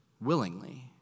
Willingly